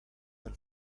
and